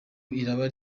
iraba